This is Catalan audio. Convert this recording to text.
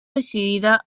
decidida